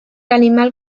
animal